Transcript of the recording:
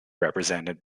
represented